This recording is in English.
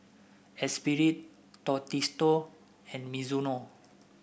Esprit Tostitos and Mizuno